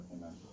Amen